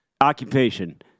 Occupation